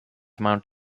mount